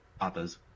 others